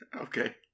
Okay